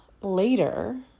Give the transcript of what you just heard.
later